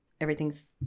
everything's